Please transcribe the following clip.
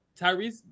Tyrese